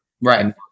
Right